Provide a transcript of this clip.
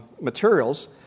materials